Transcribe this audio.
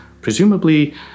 presumably